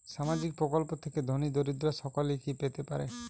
সামাজিক প্রকল্প থেকে ধনী দরিদ্র সকলে কি পেতে পারে?